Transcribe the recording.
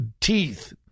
teeth